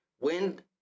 Wind